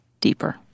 deeper